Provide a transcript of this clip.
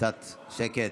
קצת שקט.